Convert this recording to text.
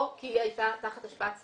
או כי היא הייתה תחת השפעת סמים.